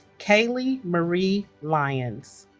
kaylee marie lyons